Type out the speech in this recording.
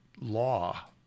law